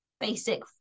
basic